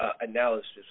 analysis